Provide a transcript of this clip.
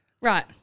Right